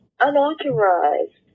Unauthorized